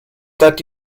that